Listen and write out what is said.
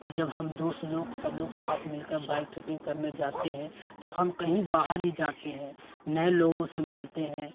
और जब हम दोस्त लोग सब लोग साथ मिलकर बाइक ट्रिपिंग करने जाते हैं तो हम कहीं बाहर ही जाते हैं नए लोगों से मिलते हैं